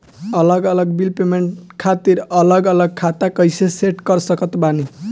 अलग अलग bill payment खातिर अलग अलग खाता कइसे सेट कर सकत बानी?